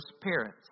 parents